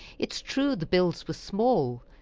it is true, the bills were small,